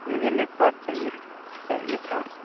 मुझे लेपटॉप चाहिए थी चाहिए था